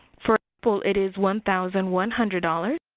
for a couple it is one thousand one hundred dollars.